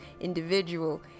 individual